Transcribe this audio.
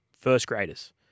first-graders